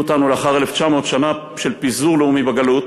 אותנו לאחר 1,900 שנה של פיזור לאומי בגלות